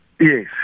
Yes